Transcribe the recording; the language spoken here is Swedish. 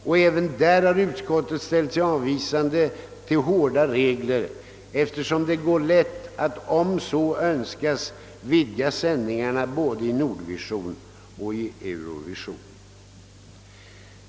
Även i den frågan har utskottet ställt sig avvisande till hårda regler, eftersom det går lätt att, om så önskas, vidga sändningarna både i Nordvision och i Eurovision.